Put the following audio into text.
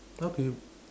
how can you